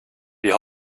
wir